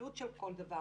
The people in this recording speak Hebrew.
עלות של כל דבר.